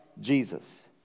Jesus